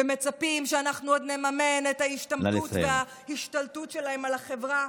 ומצפים שאנחנו עוד נממן את ההשתמטות וההשתלטות שלהם על החברה,